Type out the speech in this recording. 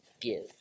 give